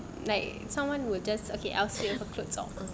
someone will just I stay with my clothes on